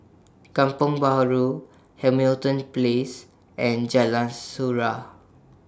Kampong Bahru Hamilton Place and Jalan Surau